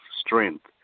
strength